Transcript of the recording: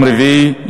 יום רביעי,